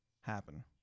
happen